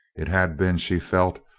it had been, she felt,